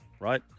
right